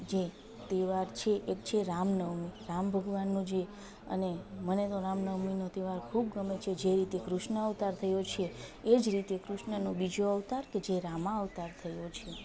જે તહેવાર છે એક છે રામ નવમી રામ ભગવાનનો જે અને મને તો રામ નવમીનો તહેવાર ખૂબ ગમે છે જે રીતે કૃષ્ણ અવતાર થયો છે એ જ રીતે કૃષ્ણનો બીજો અવતાર કે જે રામાવતાર થયો છે